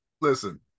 Listen